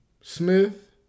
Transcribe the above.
Smith